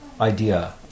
idea